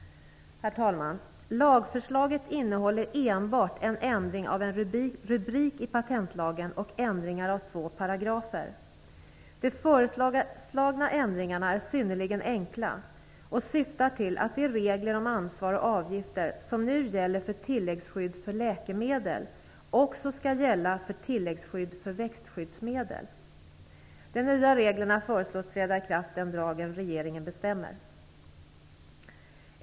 Herr talman! Lagförslaget innehåller enbart en ändring av en rubrik i patentlagen och ändringar av två paragrafer. De föreslagna ändringarna är synnerligen enkla och syftar till att de regler om ansvar och avgifter som nu gäller för tilläggsskydd för läkemedel också skall gälla för tilläggsskydd för växtskyddsmedel. De nya reglerna föreslås träda i kraft den dag regeringen bestämmer.